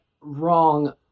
wrong